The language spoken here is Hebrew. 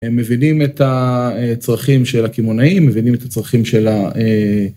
הם מבינים את הצרכים של הקימונאים, הם מבינים את הצרכים של ה...